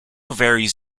varies